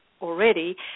already